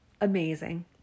Amazing